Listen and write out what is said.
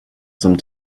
some